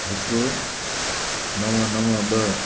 हिकु नवं नवं ॿ